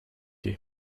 you